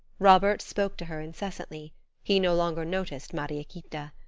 robert spoke to her incessantly he no longer noticed mariequita.